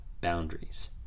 boundaries